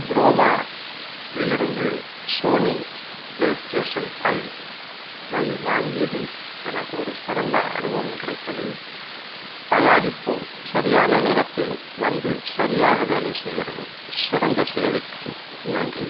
குரோமாவிலிருந்து Sony PlayStation ஃபைவை வாங்கியதில் எனக்கொரு சிறந்த அனுபவம் கிடைத்தது தயாரிப்பு சரியான நேரத்தில் வந்து சரியாக வேலை செய்கிறது சிறந்த சேவைக்கு நன்றி